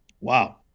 Wow